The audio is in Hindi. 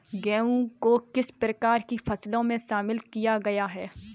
गेहूँ को किस प्रकार की फसलों में शामिल किया गया है?